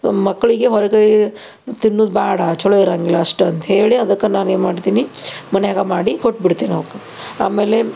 ಮಕ್ಕಳಿಗೆ ಹೊರಗೆ ತಿನ್ನುದು ಬೇಡ ಛಲೋ ಇರೋಂಗಿಲ್ಲ ಅಷ್ಟು ಅಂತೇಳಿ ಅದಕ್ಕೆ ನಾನೇನು ಮಾಡ್ತೀನಿ ಮನ್ಯಾಗ ಮಾಡಿ ಕೊಟ್ಬಿಡ್ತೀನಿ ಅವಕ್ಕೆ ಆಮೇಲೆ